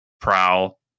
prowl